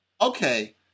okay